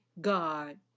God